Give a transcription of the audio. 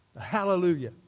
Hallelujah